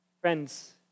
Friends